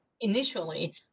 initially